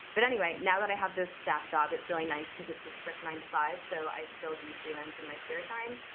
but anyway now that i have this staff job, it's really nice, because it's a strict nine to five. so i still do freelance in my spare time.